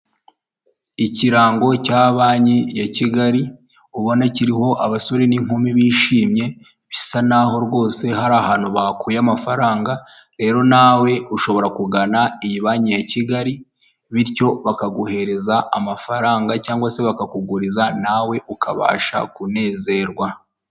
Ikirango cya banki ya kigali ubona kiriho abasore n'inkumi bishimye bisa naho rwose hari ahantu bakuye amafaranga, rero nawe ushobora kugana iyi banki ya kigali bityo bakaguhereza amafaranga, cyangwa se bakakuguriza nawe ukabasha kunezerwa.